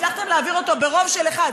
הצלחתם להעביר אותו ברוב של אחד.